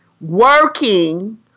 working